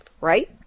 right